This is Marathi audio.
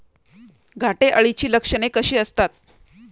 घाटे अळीची लक्षणे कशी असतात?